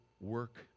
work